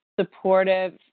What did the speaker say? supportive